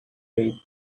faith